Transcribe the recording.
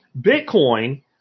Bitcoin